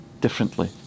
differently